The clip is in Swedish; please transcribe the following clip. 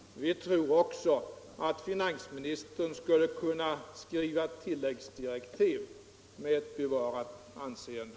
Vi tror också att finansministern skall kunna skriva tilläggsdirektiv med ett bevarat anseende.